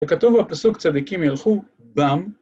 וכתוב בפסוק צדיקים ילכו בם